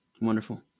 Wonderful